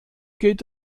geht